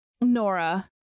Nora